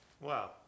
Wow